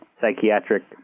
psychiatric